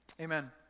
Amen